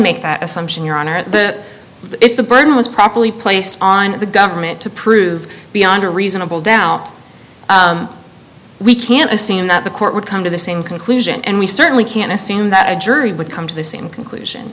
make that assumption your honor that if the burden was properly placed on the government to prove beyond a reasonable doubt we can assume that the court would come to the same conclusion and we certainly can assume that a jury would come to the same conclusion